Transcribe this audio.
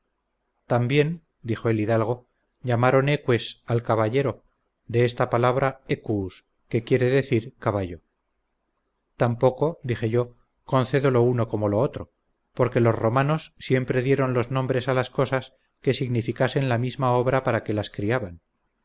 también dijo el hidalgo llamaron eques al caballero de esta palabra equus que quiere decir caballo tampoco dije yo concedo lo uno como lo otro porque los romanos siempre dieron los nombres a las cosas que significasen la misma obra para que las criaban